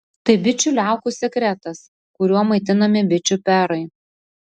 tai bičių liaukų sekretas kuriuo maitinami bičių perai